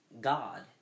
god